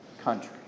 country